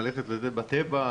ללכת בטבע,